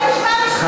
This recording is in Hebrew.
אבל לשמוע משפט.